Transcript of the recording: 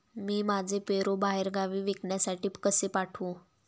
मी माझे पेरू बाहेरगावी विकण्यासाठी कसे पाठवू?